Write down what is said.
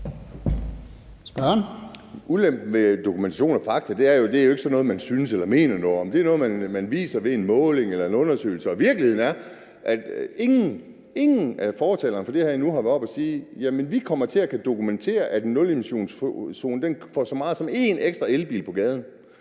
dokumentation og fakta er, at det jo ikke er sådan noget, man synes eller mener noget om. Det er noget, man viser ved en måling eller en undersøgelse. Virkeligheden er, at ingen – ingen! – af fortalerne for det her har været oppe at sige, at de kommer til at kunne dokumentere, at en nulemissionszone får så meget som én ekstra elbil på gaden,